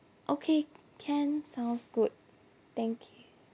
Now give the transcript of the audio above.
okay can sounds good thank you